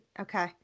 okay